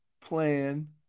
plan